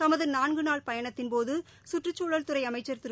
தமது நான்கு நாள் பயணத்தின்போது குற்றுச்துழல் துறை அமைச்சர் திரு